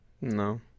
No